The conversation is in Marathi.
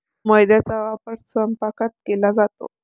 मैद्याचा वापर स्वयंपाकात केला जातो